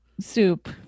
Soup